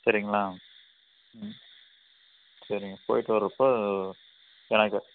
சரிங்களா ம் சரிங்க போயிட்டு வரப்போ எனக்கு